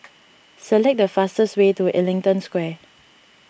select the fastest way to Ellington Square